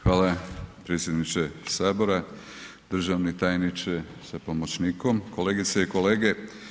Hvala predsjedniče Sabora, državni tajniče sa pomoćnikom, kolegice i kolege.